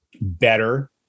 better